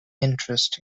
interest